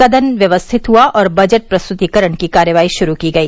सदन व्यवस्थित हुआ और बजट प्रस्तुतीकरण की कार्यवाही शुरू की गई